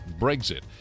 Brexit